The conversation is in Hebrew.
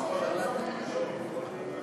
ישראל, מדינת הלאום של העם היהודי נתקבלה.